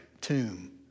tomb